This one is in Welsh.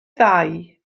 ddau